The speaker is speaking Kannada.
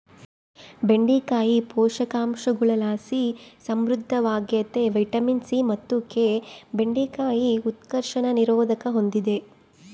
ಬೆಂಡೆಕಾಯಿ ಪೋಷಕಾಂಶಗುಳುಲಾಸಿ ಸಮೃದ್ಧವಾಗ್ಯತೆ ವಿಟಮಿನ್ ಸಿ ಮತ್ತು ಕೆ ಬೆಂಡೆಕಾಯಿ ಉತ್ಕರ್ಷಣ ನಿರೋಧಕ ಹೂಂದಿದೆ